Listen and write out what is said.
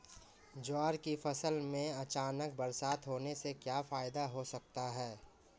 ज्वार की फसल में अचानक बरसात होने से क्या फायदा हो सकता है?